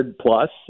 plus